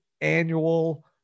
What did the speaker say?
annual